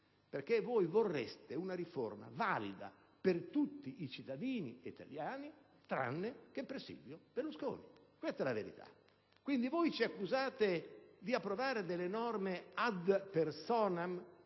tutti: voi vorreste una riforma valida per tutti i cittadini italiani tranne che per Silvio Berlusconi. Questa è la verità. Voi ci accusate di approvare delle norme *ad personam*,